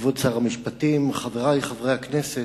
כבוד שר המשפטים, חברי חברי הכנסת,